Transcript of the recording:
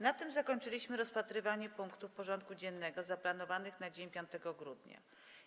Na tym zakończyliśmy rozpatrywanie punktów porządku dziennego zaplanowanych na dzień 5 grudnia br.